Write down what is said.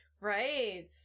Right